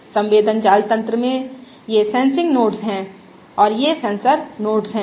संवेदन जाल तन्त्र में ये सेन्सिंग नोड्स है और ये सेंसर नोड्स है